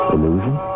Illusion